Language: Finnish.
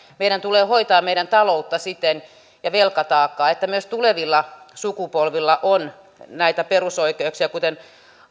meidän tulee hoitaa meidän taloutta ja velkataakkaa siten että myös tulevilla sukupolvilla on näitä perusoikeuksia kuten